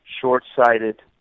short-sighted